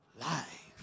life